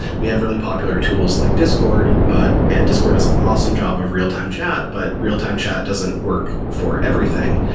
we have really popular tools like discord, but and discord does an awesome job of real-time chat, but real-time chat doesn't work for everything.